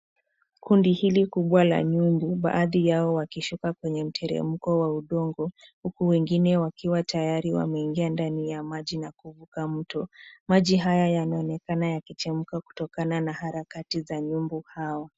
Kundi hili kubwa la nyumbu baadhi yao wakishuka kwenye mteremko wa udongo huku wengine wakiwa tayari wameingia ndani ya maji na kuvuka mto. Maji haya yanaonekana yakichemka kutokana na harakati za nyumbu hao